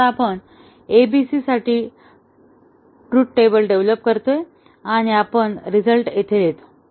आता आपण ABC साठी ट्रू टेबल डेव्हलोप करतो आणि आपण रिझल्ट येथे लिहितो